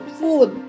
food